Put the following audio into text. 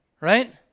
Right